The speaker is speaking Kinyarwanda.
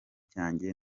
cyanjye